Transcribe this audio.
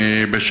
תודה רבה,